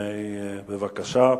בבקשה.